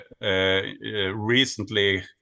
recently